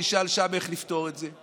נשאל שם איך לפתור את זה.